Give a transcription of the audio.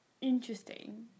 interesting